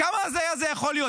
כמה הזיה זה יכול להיות?